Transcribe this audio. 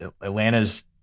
atlanta's